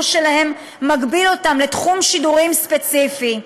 שלהם מגביל אותם לתחום שידורים ספציפי,